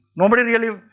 nobody really,